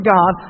God